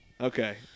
Okay